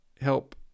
help